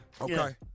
Okay